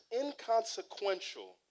inconsequential